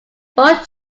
both